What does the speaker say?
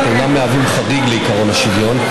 אינם מהווים חריג לעקרון השוויון,